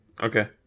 Okay